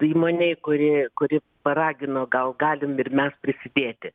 įmonei kuri kuri paragino gal galim ir mes prisidėti